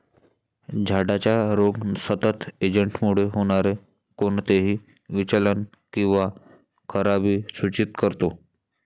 झाडाचा रोग सतत एजंटमुळे होणारे कोणतेही विचलन किंवा खराबी सूचित करतो